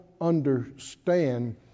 understand